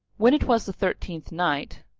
when it was the sixteenth night,